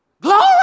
glory